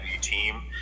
team